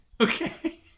Okay